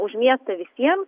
už miestą visiems